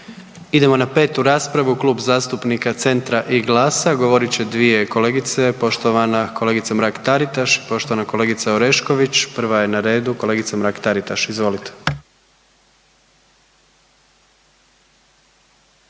Idemo na petu raspravu, Klub zastupnika Centra i GLAS-a, govorit će dvije kolegice, poštovana kolegica Mrak-Taritaš i poštovana kolegica Orešković. Prva je na redu kolegica Mrak-Taritaš, izvolite.